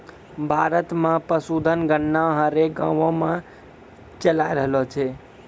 भारत मे पशुधन गणना हरेक गाँवो मे चालाय रहलो छै